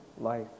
life